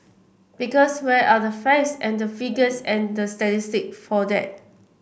because where are the facts and figures and the statistic for that